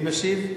מי משיב?